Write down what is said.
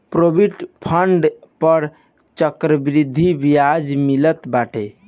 provident fund पअ चक्रवृद्धि बियाज मिलत बाटे